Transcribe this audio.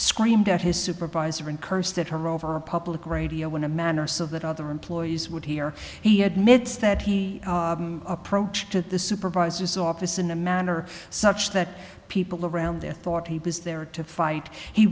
screamed at his supervisor and cursed at her over a public radio in a manner so that other employees would hear he admits that he approached at the supervisor's office in a manner such that people around there thought he was there to fight he